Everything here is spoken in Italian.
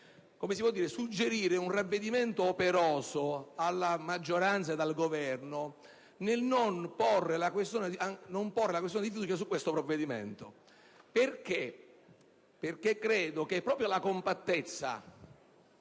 suggerire un ravvedimento operoso alla maggioranza e al Governo nel senso di non porre la questione di fiducia su questo provvedimento. Tale richiesta nasce proprio dalla compattezza